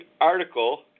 article